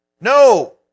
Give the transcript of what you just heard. No